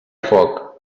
foc